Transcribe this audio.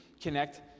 connect